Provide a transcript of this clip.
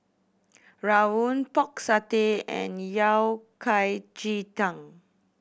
rawon Pork Satay and Yao Cai ji tang